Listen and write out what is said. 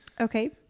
Okay